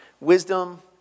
wisdom